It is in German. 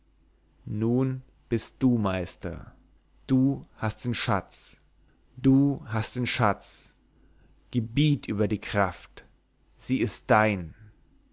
nun bist du meister du hast den schatz du hast den schatz gebeut über die kraft sie ist dein